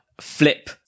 flip